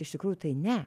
iš tikrųjų tai ne